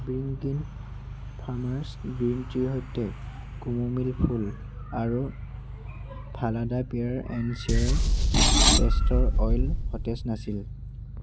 ৱ্ৰিংগ্ৰীণ ফাৰ্মাছ গ্ৰীণ টিৰ সৈতে কমোমিল ফুল আৰু ফালাডা পিয়'ৰ এণ্ড চিয়'ৰ কেষ্টৰ অইল সতেজ নাছিল